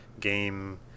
game